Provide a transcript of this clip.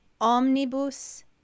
omnibus